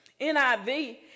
NIV